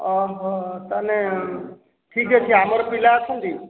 ଅ ହ ତାହେଲେ ଠିକ୍ଅଛି ଆମର ପିଲା ଅଛନ୍ତି